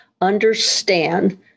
understand